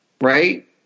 right